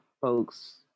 folks